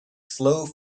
slow